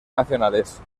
nacionales